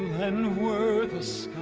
and were the